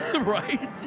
Right